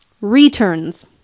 Returns